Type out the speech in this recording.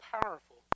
powerful